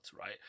right